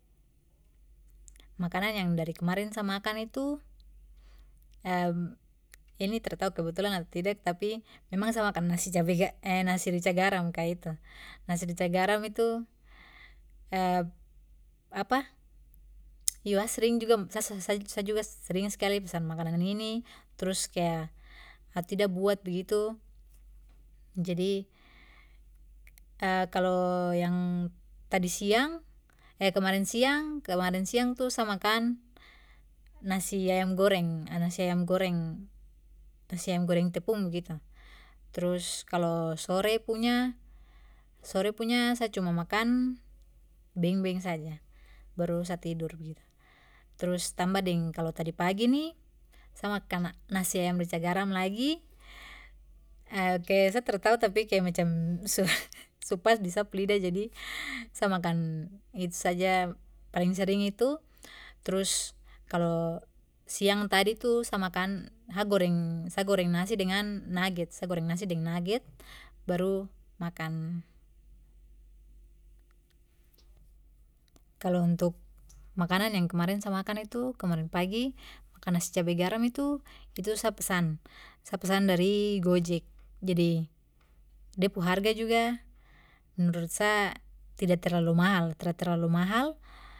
Makanan yang dari kemarin sa makan itu, ini tratau kebetulan ato tidak tapi memang sa makan nasi cabe ga nasi rica garam ka itu. Nasi rica garam itu iyo, sa sering juga, sa-sa-sa-sa juga sering skali pesan makanan ini, trus kaya ato tidak buat begitu. Jadi kalo yang tadi siang kemarin siang, kemarin siang tu sa makan nasi ayam goreng, nasi ayam goreng, nasi ayam goreng tepung begitu. Trus kalo sore punya, sore punya sa cuma makan beng-beng saja, baru sa tidur begitu. Trus tamba deng kalo tadi pagi ni, saya makan nasi nasi ayam rica garam lagi kaya sa tratau tapi kaya macam su du pas di sa pu lidah jadi sa makan itu saja, paling sering itu. Trus kalo siang tadi tu sa makan, sa goreng- sa goreng nasi dengan naget, sa goreng nasi deng naget baru makan. Kalo untuk makanan yang kemarin sama sa makan itu, kemarin pagi, makan nasi cabe garam itu, itu sa pesan, sa pesan dari gojek. Jadi, da pu harga juga menurut sa tidak terlalu mahal, tra terlalu mahal.